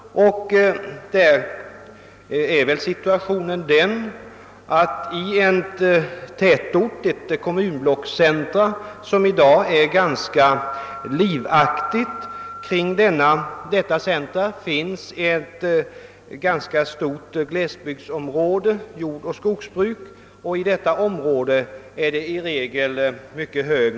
Situationen kan vara den, att det kring en tätort, ett kommunblockscentrum som i dag är ganska livaktigt, finns ett tämligen stort glesbygdsområde med jordoch skogsbruk, inom vilket område människornas medelålder i regel är mycket hög.